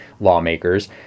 lawmakers